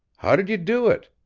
how did you do it?